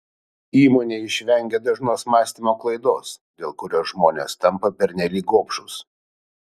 įmonė išvengė dažnos mąstymo klaidos dėl kurios žmonės tampa pernelyg gobšūs